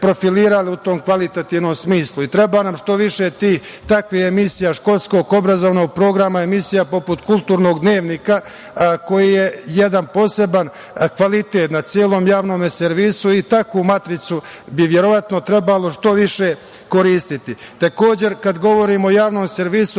u tom kvalitetnom smislu. Treba nam što više takvih emisija školskog obrazovnog programa, emisija poput „Kulturnog dnevnika“, koji je jedan poseban kvalitet na celom javnom servisu. Takvu matricu bi verovatno, što više koristiti. Takođe, kad govorimo o javnom servisu